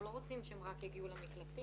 אנחנו לא רוצים שהם רק יגיעו למקלטים.